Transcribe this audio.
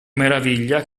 meraviglia